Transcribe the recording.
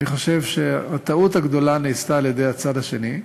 אני חושב שהטעות הגדולה נעשתה על-ידי הצד השני,